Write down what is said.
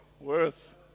worth